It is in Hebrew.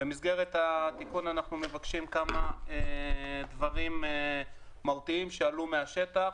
במסגרת התיקון אנחנו מבקשים כמה דברים מהותיים שעלו מהשטח.